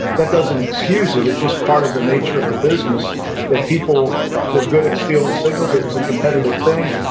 that doesn't excuse it, it's just part of the nature of the business that people were good at stealing signals, it was a competitive thing,